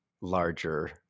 larger